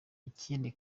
ikindi